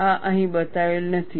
આ અહીં બતાવેલ નથી